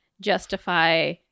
justify